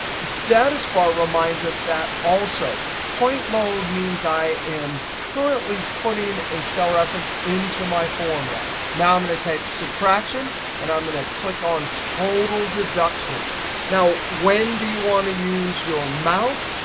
the status bar reminds us that also. point mode means i am currently pointing a cell reference into my formula. now i'm going to type subtraction and i'm going to click on total deductions. when do you want to use your mouse?